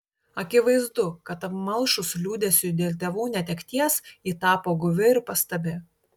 akivaizdu kad apmalšus liūdesiui dėl tėvų netekties ji tapo guvi ir pastabi